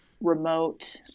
remote